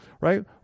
Right